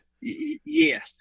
yes